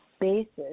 basis